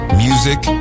music